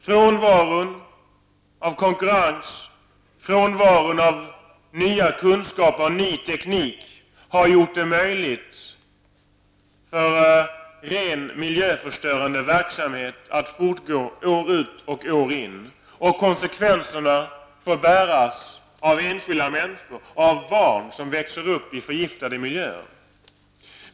Frånvaron av konkurrens, nya kunskaper och ny teknik har gjort det möjligt för rent miljöförstörande verksamhet att fortgå år ut och år in. Konsekvenserna får bäras av enskilda människor, av barn som växer upp i förgiftade miljöer.